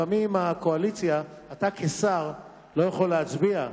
אתה כשר לא יכול להצביע,